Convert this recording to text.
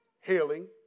healing